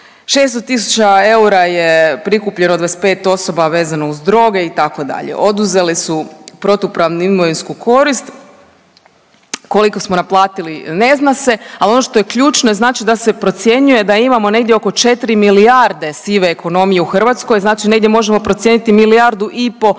600 000 eura je prikupljeno 25 osoba vezano uz droge itd. Oduzeli su protupravnu imovinsku korist. Koliko smo naplatili ne zna se, ali ono što je ključno je znači da se procjenjuje da imamo negdje oko 4 milijarde sive ekonomije u Hrvatskoj. Znači negdje možemo procijeniti milijardu i pol odlazi